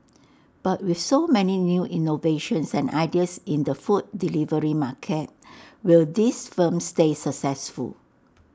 but with so many new innovations and ideas in the food delivery market will these firms stay successful